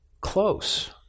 close